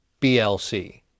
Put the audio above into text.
BLC